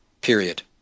period